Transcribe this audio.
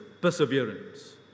perseverance